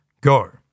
go